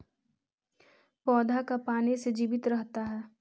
पौधा का पाने से जीवित रहता है?